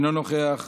אינו נוכח,